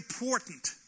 important